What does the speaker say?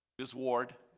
ms. ward